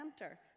enter